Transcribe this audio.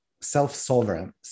self-sovereign